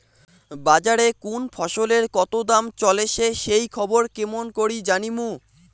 বাজারে কুন ফসলের কতো দাম চলেসে সেই খবর কেমন করি জানীমু?